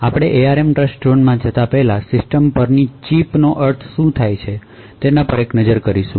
આપણે ARM ટ્રસ્ટઝોનમાં જતા પહેલા સિસ્ટમ પરની ચિપનો અર્થ શું છે તેના પર એક નજર કરીશું